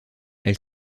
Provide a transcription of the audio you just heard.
elle